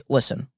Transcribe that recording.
Listen